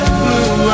blue